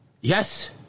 Yes